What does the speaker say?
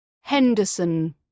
henderson